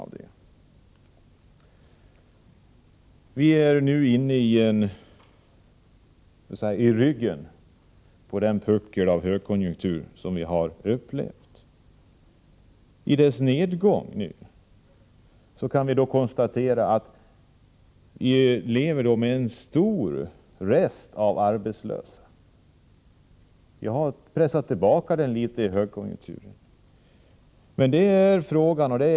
Vi är i dag på toppen av en högkonjunkturskurva. När nu den kurvan börjar gå nedåt kan vi konstatera att vi fortfarande har ett stort antal arbetslösa, även om vi lyckas minska antalet något under högkonjunkturen.